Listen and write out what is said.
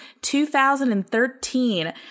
2013